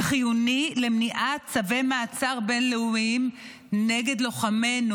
זה חיוני למניעת צווי מעצר בין-לאומיים נגד לוחמינו,